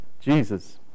Jesus